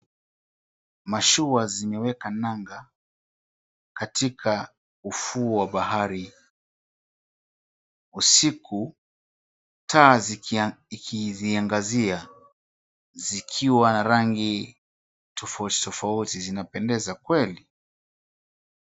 Mashua zimeweka nanga katika ufuo wa bahari. Usiku taa ikiziangazia, zikiwa na rangi tafauti tofauti zinapendeza kweli.